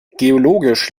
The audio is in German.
geologisch